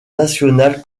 national